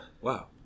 Wow